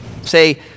Say